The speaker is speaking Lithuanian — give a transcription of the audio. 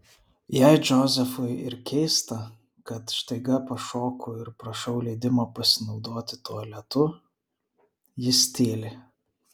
jei džozefui ir keista kad staiga pašoku ir prašau leidimo pasinaudoti tualetu jis tyli